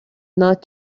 not